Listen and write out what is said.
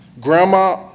Grandma